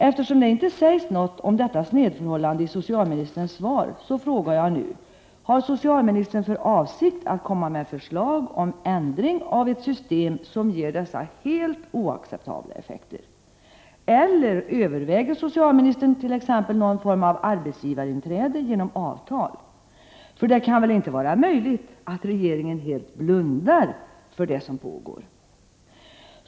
Eftersom det inte sägs något om detta snedförhållande i socialministerns svar frågar jag nu: Har socialministern för avsikt att komma med förslag om ändring av ett system som ger dessa helt oacceptabla effekter? Eller överväger socialministern t.ex. någon form av arbetsgivarinträde genom avtal? För det kan väl inte vara möjligt att regeringen helt blundar för det som pågår?